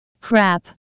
Crap